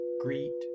greet